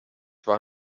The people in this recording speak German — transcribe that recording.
war